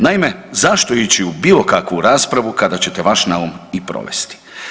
Naime, zašto ići u bilo kakvu raspravu kad ćete vaš naum i provesti?